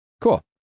cool